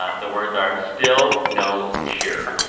ah the words are still no cure.